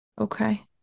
Okay